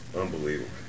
unbelievable